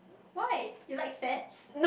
why you like fats